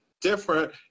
different